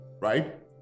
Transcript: right